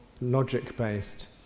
logic-based